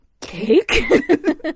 cake